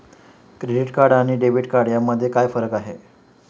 Credit card आणि debit card यामध्ये काय फरक आहे?